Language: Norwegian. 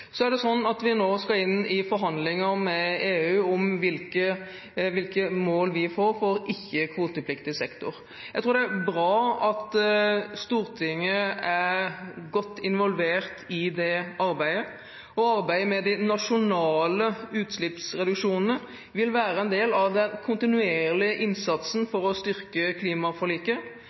Så skal vi nå inn i forhandlinger med EU om hvilke mål vi får for ikke-kvotepliktig sektor. Jeg tror det er bra at Stortinget er godt involvert i det arbeidet, og arbeidet med de nasjonale utslippsreduksjonene vil være en del av den kontinuerlige innsatsen